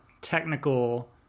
technical